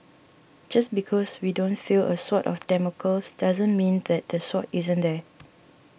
just because we don't feel a Sword of Damocles doesn't mean that the sword isn't there